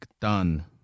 done